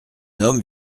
homme